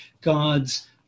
God's